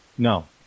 No